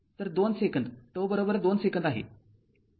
तर२ second τ२ second आहे